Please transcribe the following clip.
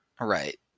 Right